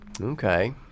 Okay